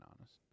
honest